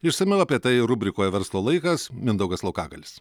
išsamiau apie tai rubrikoj verslo laikas mindaugas laukagalis